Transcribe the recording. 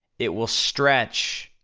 it will stretch,